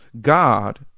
God